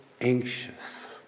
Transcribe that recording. anxious